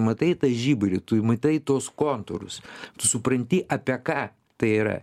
matai tą žiburį tu matai tuos kontūrus tu supranti apie ką tai yra